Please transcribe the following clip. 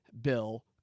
Bill